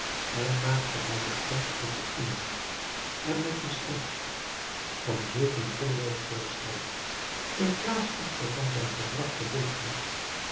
en maakte haar bekend met den inhoud en met de schrijfster van zulk een goddeloos voorstel in plaats echter van zijn gedrag te